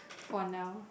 for now